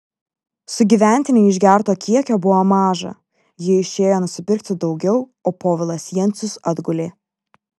sugyventinei išgerto kiekio buvo maža ji išėjo nusipirkti daugiau o povilas jencius atgulė